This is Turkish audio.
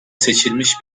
seçilmiş